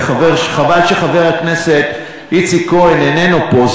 וחבל שחבר הכנסת איציק כהן איננו פה,